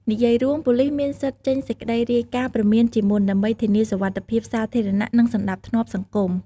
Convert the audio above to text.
និយាយរួម ប៉ូលីសមានសិទ្ធិចេញសេចក្តីរាយការណ៍ព្រមានជាមុន ដើម្បីធានាសុវត្ថិភាពសាធារណៈ និងសណ្ដាប់ធ្នាប់សង្គម។